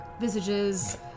visages